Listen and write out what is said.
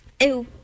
Ew